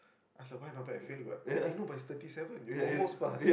I say why not bad fail lah but it's thirty seven you almost pass